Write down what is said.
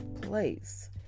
place